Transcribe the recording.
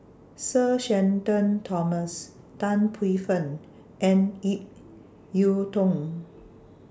Sir Shenton Thomas Tan Paey Fern and Ip Yiu Tung